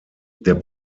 der